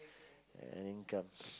an income